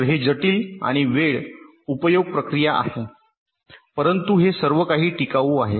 तर हे जटिल आणि वेळ उपभोग प्रक्रिया आहेपरंतु हे सर्वकाही टिकाऊ आहे